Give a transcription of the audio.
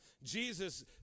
Jesus